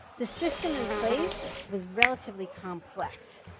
the system and place was relatively complex.